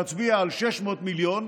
להצביע על 600 מיליון,